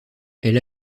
elle